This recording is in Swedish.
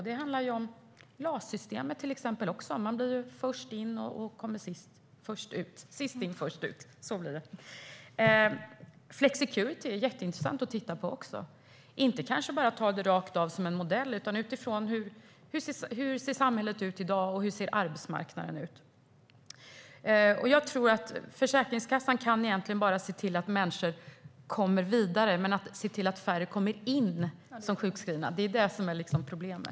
Det handlar även om till exempel LAS-systemet, alltså att sist in blir först ut. Också flexicurity är jätteintressant att titta på, även om man kanske inte bara ska ta det rakt av som en modell utan titta på det utifrån hur samhället och arbetsmarknaden ser ut i dag. Jag tror att Försäkringskassan egentligen bara kan se till att människor kommer vidare. Hur vi ska se till att färre kommer in i sjukskrivning är det som är problemet.